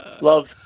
love